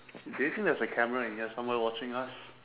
do you think there is a camera in here someone watching us